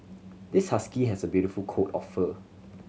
this husky has a beautiful coat of fur